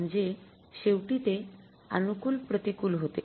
म्हणजे शेवटी ते अनुकूल प्रतिकूल होते